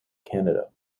canada